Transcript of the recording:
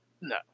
no